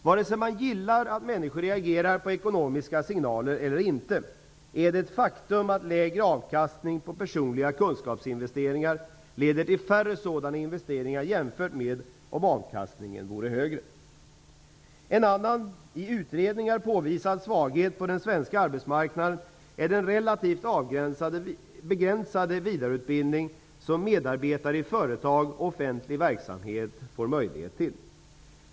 Vare sig man gillar att människor reagerar på ekonomiska signaler eller inte är det ett faktum att lägre avkastning på personliga kunskapsinvesteringar leder till färre sådana investeringar jämfört med om avkastningen vore högre. En annan, i utredningar påvisad, svaghet på den svenska arbetsmarknaden är den relativt begränsade vidareutbildning som medarbetare i företag och offentlig verksamhet får möjlighet till.